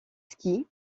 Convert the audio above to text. ski